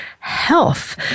health